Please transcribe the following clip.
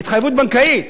התחייבות בנקאית.